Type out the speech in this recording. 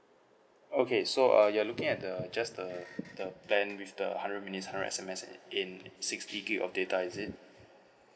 okay so uh you're looking at the just the the plan with the hundred minutes hundred S_M_S in sixty gig of data is it